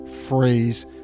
phrase